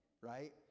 right